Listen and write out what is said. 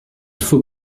faut